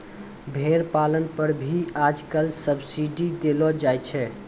भेड़ पालन पर भी आजकल सब्सीडी देलो जाय छै